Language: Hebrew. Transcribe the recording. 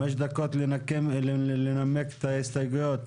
5 דקות לנמק את ההסתייגויות?